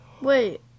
Wait